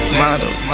model